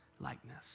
likeness